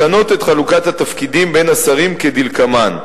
לשנות את חלוקת התפקידים בין השרים כדלקמן: